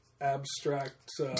abstract